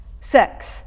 sex